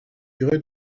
tiré